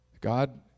God